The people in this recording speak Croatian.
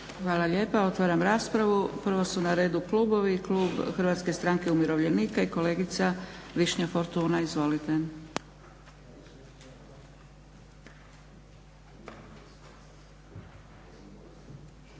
Hvala lijepa. Otvaram raspravu. Prvo su na redu klubovi. Klub Hrvatske stranke umirovljenika i kolegica Višnja Fortuna. Izvolite.